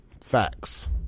facts